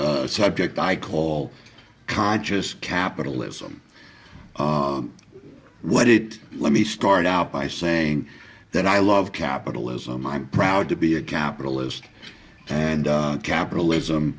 a subject i call conscious capitalism what it let me start out by saying that i love capitalism i'm proud to be a capitalist and capitalism